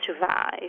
survive